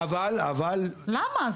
למה?